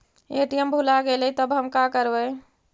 ATM भुला गेलय तब हम काकरवय?